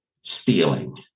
stealing